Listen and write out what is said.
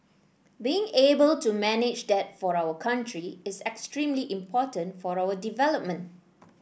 being able to manage that for our country is extremely important for our development